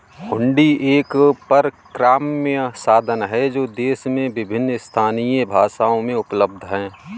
हुंडी एक परक्राम्य साधन है जो देश में विभिन्न स्थानीय भाषाओं में उपलब्ध हैं